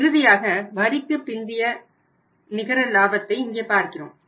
இறுதியாக வரிக்குப் பிந்தைய நிகரலாபத்தை இங்கே பார்க்கிறோம்